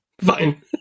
Fine